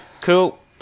Cool